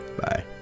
Bye